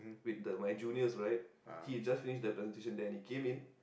with the my juniors right he just finished that presentation there and he came in